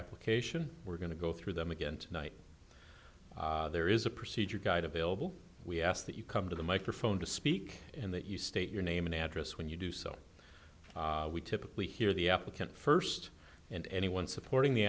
application we're going to go through them again tonight there is a procedure guide available we ask that you come to the microphone to speak and that you state your name and address when you do so we typically hear the applicant first and anyone supporting the